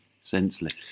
senseless